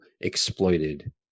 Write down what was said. exploited